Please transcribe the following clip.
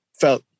felt